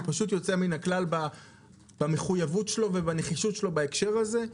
הוא יוצא מן הכלל במחויבות שלו ובנחישות שלו בהקשר הזה.